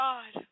God